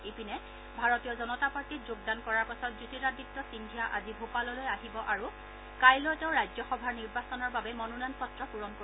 ইপিনে ভাৰতীয় জনতা পাৰ্টীত যোগদান কৰাৰ পাছত জ্যোতিৰাদিত্য সিন্ধিয়া আজি ভূপাললৈ আহিব আৰু কাইলৈ তেওঁ ৰাজ্যসভাৰ নিৰ্বাচনৰ বাবে মনোনয়ন পত্ৰ পূৰণ কৰিব